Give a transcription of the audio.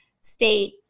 state